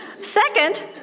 Second